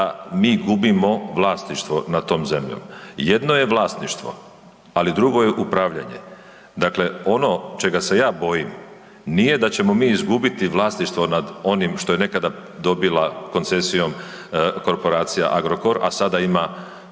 mi gubimo vlasništvo nad tom zemljom. Jedno je vlasništvo, ali drugo je upravljanje. Dakle, ono čega se ja bojim nije da ćemo mi izgubiti vlasništvo nad onim što je nekada dobila koncesijom korporacija Agrokor, a sada ima